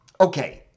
okay